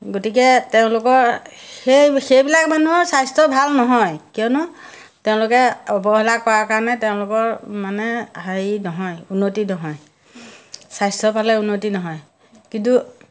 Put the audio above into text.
গতিকে তেওঁলোকৰ সেই সেইবিলাক মানুহৰ স্বাস্থ্য ভাল নহয় কিয়নো তেওঁলোকে অৱহেলা কৰাৰ কাৰণে তেওঁলোকৰ মানে হেৰি নহয় উন্নতি নহয় স্বাস্থ্যৰ ফালে উন্নতি নহয় কিন্তু